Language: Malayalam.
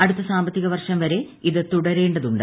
അടുത്ത സാമ്പത്തിക വർഷം വരെ ഇത് തുടരേണ്ടതുണ്ട്